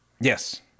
Yes